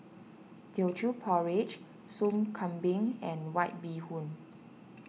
Teochew Porridge Soup Kambing and White Bee Hoon